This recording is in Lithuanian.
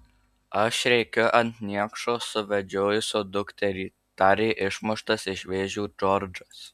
aš rėkiu ant niekšo suvedžiojusio dukterį tarė išmuštas iš vėžių džordžas